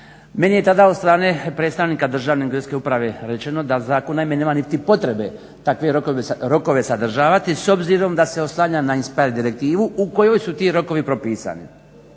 Meni je tada od strane predstavnika Državne geodetske uprave rečeno da zakon naime nema niti potrebe takve rokove sadržavati s obzirom da se oslanja na INSPIRE direktivu u kojoj su ti rokovi propisani.